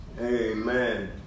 Amen